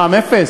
מע"מ אפס?